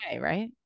right